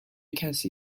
کسی